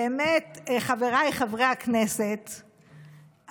חבריי חברי הכנסת,